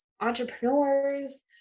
entrepreneurs